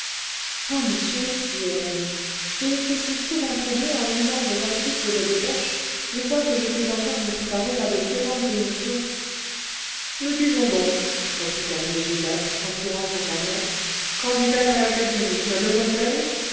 ah monsieur dit hélène j'ai été si souvent troublée en lisant vos articles et vos dépêches je vois que je puis encore me préparer à de violentes émotions nous disons donc reprit camille gildas en tirant son carnet candidate à l'académie mademoiselle